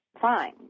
fine